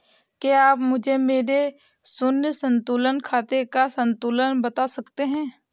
क्या आप मुझे मेरे शून्य संतुलन खाते का संतुलन बता सकते हैं?